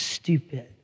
Stupid